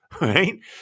Right